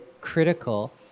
critical